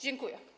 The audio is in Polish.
Dziękuję.